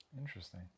Interesting